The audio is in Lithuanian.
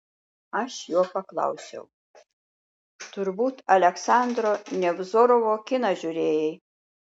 aš jo paklausiau turbūt aleksandro nevzorovo kiną žiūrėjai